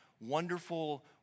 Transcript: wonderful